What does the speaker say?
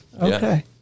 Okay